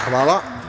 Hvala.